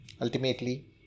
ultimately